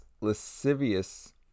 lascivious